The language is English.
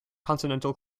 continental